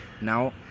now